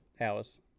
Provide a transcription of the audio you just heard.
hours